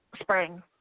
spring